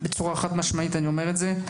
חד משמעית אני אומר את זה.